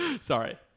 Sorry